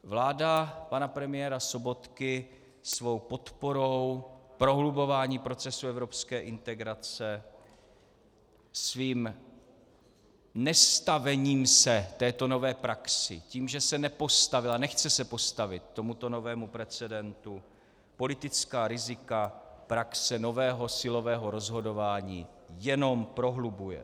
Vláda pana premiéra Sobotky svou podporou prohlubování procesu evropské integrace, svým nestavením se této nové praxi, tím, že se nepostavila, nechce se postavit tomuto novému precedentu, politická rizika praxe nového silového rozhodování jenom prohlubuje.